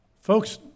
Folks